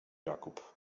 jakub